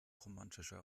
romantischer